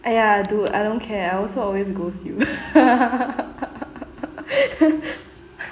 !aiya! dude I don't care I also always ghost you